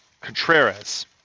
Contreras